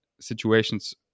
situations